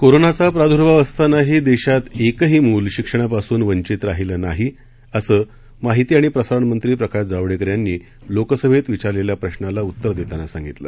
कोरोनाचाप्रादुर्भावअसतानाहीदेशातएकहीमुलशिक्षणापासूनवंचितराहिलंनाहीअसंमाहितीआणिप्रसारणमंत्रीप्रकाशजावडेकरयांनी लोकसभेतविचारलेल्याप्रश्नालाउत्तरदेतानासांगितलं